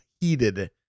heated